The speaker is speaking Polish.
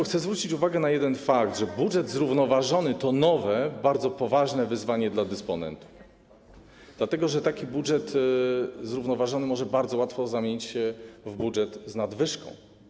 Chcę zwrócić uwagę na jeden fakt: budżet zrównoważony to nowe, bardzo poważne wyzwanie dla dysponentów, dlatego że taki budżet zrównoważony może bardzo łatwo zamienić się w budżet z nadwyżką.